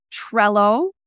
Trello